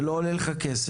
זה לא עולה לך כסף.